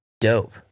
dope